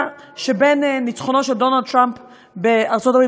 שבין ניצחונו של דונלד טראמפ בארצות-הברית,